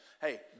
Hey